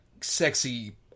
sexy